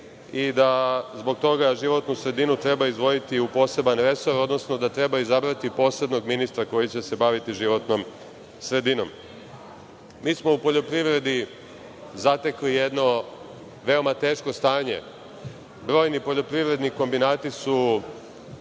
i da zbog toga životnu sredinu treba izdvojiti u poseban resor, odnosno da treba izabrati posebnog ministra koji će se baviti životnom sredinom. Mi smo u poljoprivredi zatekli jedno veoma teško stanje. Brojni poljoprivredni kombinati su